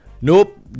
Nope